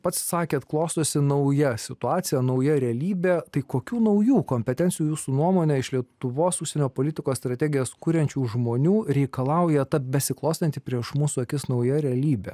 pats sakėt klostosi nauja situacija nauja realybė tai kokių naujų kompetencijų jūsų nuomone iš lietuvos užsienio politikos strategijas kuriančių žmonių reikalauja ta besiklostanti prieš mūsų akis nauja realybė